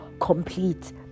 complete